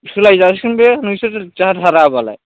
सोलायजासिगोन बे नोंसोरो जाथाराबालाय